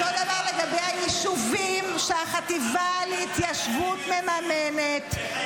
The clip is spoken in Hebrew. אותו הדבר לגבי היישובים שהחטיבה להתיישבות מממנת -- לחיילים אין ציוד.